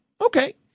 okay